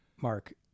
Mark